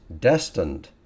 destined